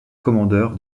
commandeur